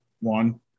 One